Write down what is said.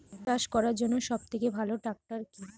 চাষ করার জন্য সবথেকে ভালো ট্র্যাক্টর কি?